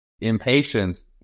Impatience